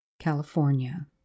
California